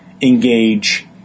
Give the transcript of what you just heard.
engage